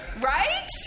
Right